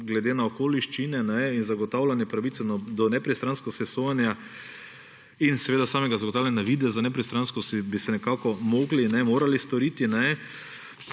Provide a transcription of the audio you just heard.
glede na okoliščine in zagotavljanje pravice do nepristranskosti sojenja in samega zagotavljanja videza nepristranskosti, pa bi nekako morali to storiti.